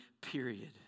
period